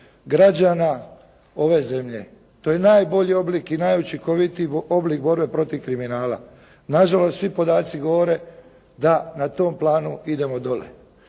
građana ove zemlje. To je najbolji oblik i najučinkovitiji oblik borbe protiv kriminala. Nažalost, svi podaci govore da na tom planu idemo dolje.